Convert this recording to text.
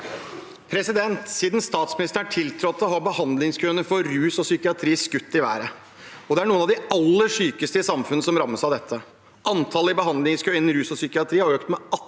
Siden statsministe- ren tiltrådte, har behandlingskøene for rus og psykiatri skutt i været. Det er noen av de aller sykeste i samfunnet som rammes av dette. Antallet i behandlingskø innen rus og psykiatri har økt med 18,9